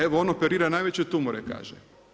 Evo, on operira najveće tumore, kaže.